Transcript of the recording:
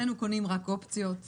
אצלנו קונים רק אופציות...